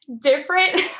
different